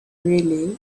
really